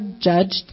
judged